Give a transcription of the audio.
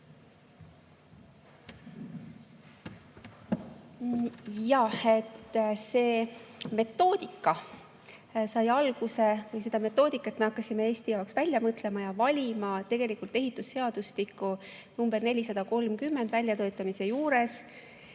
seda metoodikat me hakkasime Eesti jaoks välja mõtlema ja valima tegelikult ehitusseadustiku [eelnõu] nr 430 väljatöötamise juures.